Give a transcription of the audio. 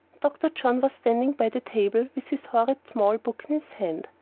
dr. john was standing by the table with this horrid small book in his hand,